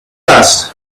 dressed